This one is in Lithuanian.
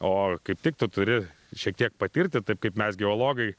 o kaip tik tu turi šiek tiek patirti taip kaip mes geologai